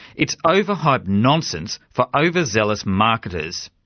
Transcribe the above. it's overhyped nonsense for overzealous marketers.